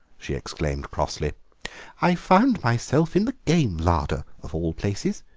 she exclaimed crossly i found myself in the game larder, of all places,